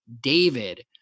David